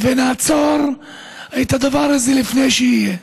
שנעצור את הדבר הזה לפני שיהיה.